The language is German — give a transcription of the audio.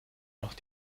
noch